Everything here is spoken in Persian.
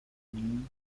کنی